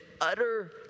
utter